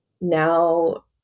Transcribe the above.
now